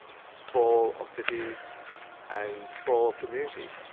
sprawl of cities and sprawl of communities.